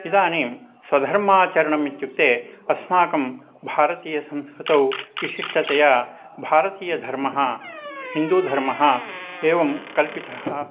इदानीं स्वधर्माचरणम् इत्युक्ते अस्माकं भारतीयसंस्कृतौ विशिष्टतया भारतीयधर्मः हिन्दूधर्मः एवं कल्पितः